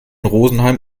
rosenheim